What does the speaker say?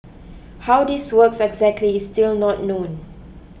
how this works exactly is still not known